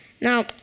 Now